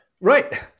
Right